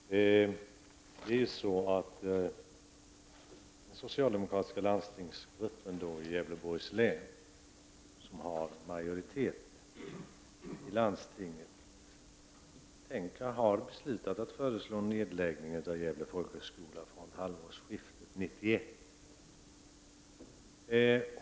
Herr talman! Jag tackar för svaret. Den socialdemokratiska landstingsgruppen i Gävleborgs län, som har majoritet i landstinget, har beslutat att föreslå en nedläggning av Gävle folkhögskola från halvårsskiftet 1991.